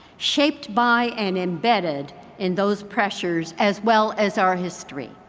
shaped by and embedded in those pressures, as well as our history.